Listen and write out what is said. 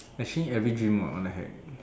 actually every dream what what the heck